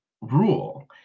rule